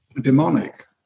demonic